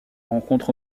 rencontre